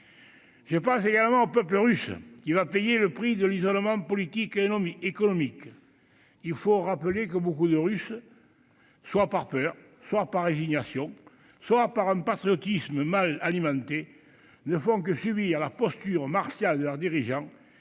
Je pense également au peuple russe, qui va payer le prix de l'isolement politique et économique. Il faut rappeler que beaucoup de Russes, soit par peur, soit par résignation, soit par un patriotisme mal alimenté, ne font que subir la posture martiale de leurs dirigeants,